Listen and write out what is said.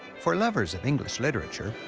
for lovers of english literature,